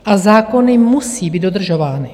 A zákony musí být dodržovány.